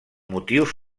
motius